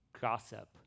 gossip